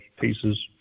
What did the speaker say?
pieces